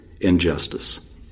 injustice